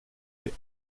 les